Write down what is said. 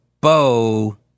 Bo